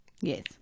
Yes